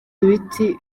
ibiti